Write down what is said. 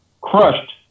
crushed